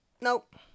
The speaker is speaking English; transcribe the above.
Nope